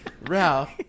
Ralph